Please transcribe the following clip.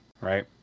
right